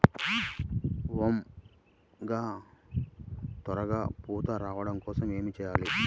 వంగ త్వరగా పూత రావడం కోసం ఏమి చెయ్యాలి?